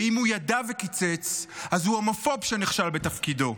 ואם הוא ידע וקיצץ אז הוא הומופוב שנכשל בתפקידו.